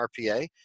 RPA